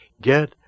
Get